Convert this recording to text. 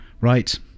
Right